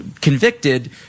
convicted